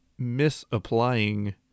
misapplying